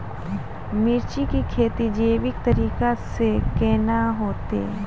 मिर्ची की खेती जैविक तरीका से के ना होते?